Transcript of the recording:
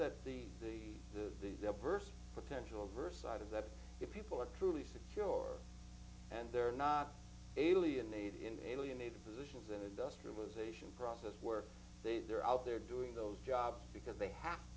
that the key to the first potential adverse side of that if people are truly secure and they're not alienated into alienated positions that industrialisation process where they they're out there doing those jobs because they have